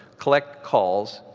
collect calls,